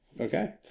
Okay